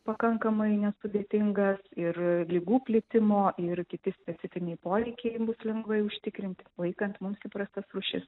pakankamai nesudėtingas ir ligų plitimo ir kiti specifiniai poreikiai bus lengvai užtikrinti laikant mums įprastas rūšis